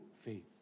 faith